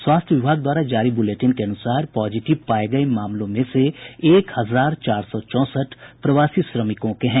स्वास्थ्य विभाग द्वारा जारी बुलेटिन के अनुसार पॉजिटिव पाये गये मामलों में से एक हजार चार सौ चौंसठ प्रवासी श्रमिकों के हैं